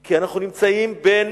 כי אנחנו נמצאים בין